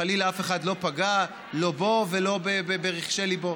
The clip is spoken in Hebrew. חלילה, אף אחד לא פגע, לא בו ולא ברחשי ליבו.